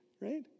Right